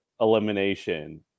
elimination